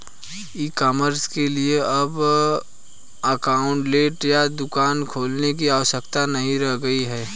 ई commerce के लिए अब आउटलेट या दुकान खोलने की आवश्यकता नहीं रह गई है